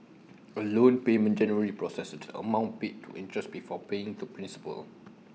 A loan payment generally processes the amount paid to interest before paying to principal